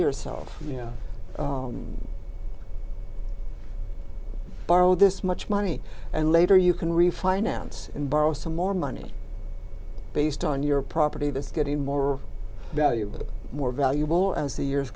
yourself you know borrow this much money and later you can refinance and borrow some more money based on your property that's getting more valuable more valuable as the years